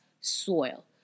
soil